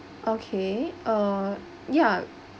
okay uh ya